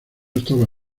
estaba